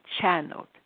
channeled